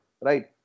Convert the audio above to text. right